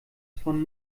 von